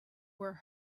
were